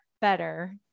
better